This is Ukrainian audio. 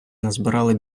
назбирали